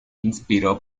inspiró